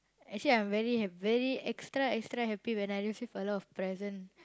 actually I'm very very extra extra happy when I receive a lot of present